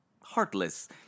heartless